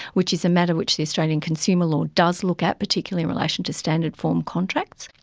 which is a matter which the australian consumer law does look at particularly in relation to standard form contracts.